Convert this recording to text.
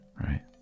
right